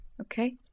Okay